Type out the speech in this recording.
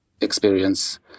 experience